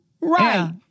Right